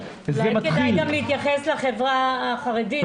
אולי כדאי גם להתייחס לחברה החרדית.